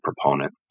proponent